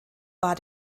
war